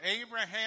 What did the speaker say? Abraham